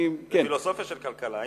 פילוסופיה של כלכלה,